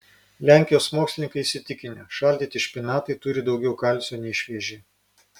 lenkijos mokslininkai įsitikinę šaldyti špinatai turi daugiau kalcio nei švieži